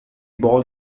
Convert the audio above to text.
ball